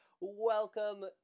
Welcome